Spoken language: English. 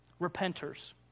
repenters